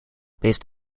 based